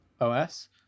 os